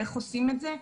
איך עושים את זה?